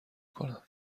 کنم